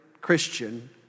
Christian